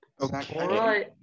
Okay